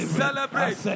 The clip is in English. celebrate